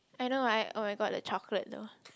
I know right oh my god the chocolate though